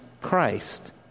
Christ